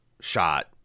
shot